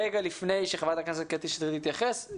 רגע לפני שחברת הכנסת קטי שטרית תתייחס,